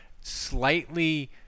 slightly